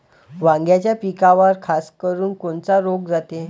वांग्याच्या पिकावर खासकरुन कोनचा रोग जाते?